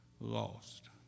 lost